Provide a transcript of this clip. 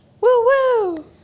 Woo-woo